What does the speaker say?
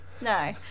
No